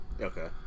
Okay